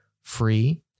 free